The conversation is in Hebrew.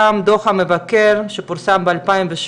גם דוח המבקר שפורסם ב-2017,